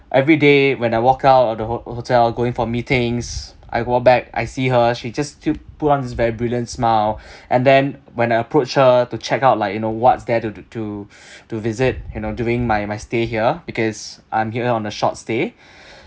everyday when I walk out of the ho~ hotel going for meetings I go back I see her she just to put on this very brilliant smile and then when I approached her to check out like you know what's there to to to visit you know during my my stay here because I'm here on a short stay